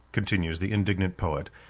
continues the indignant poet,